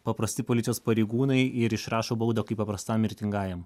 paprasti policijos pareigūnai ir išrašo baudą kaip paprastam mirtingajam